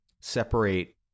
separate